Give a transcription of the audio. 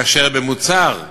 כאשר במוצהר היא,